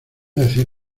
decir